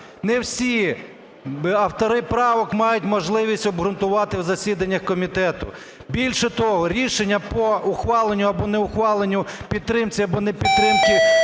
не всі автори правок мають можливість обґрунтувати в засіданнях комітету. Більше того, рішення по ухваленню або не ухваленню, підтримці або не підтримці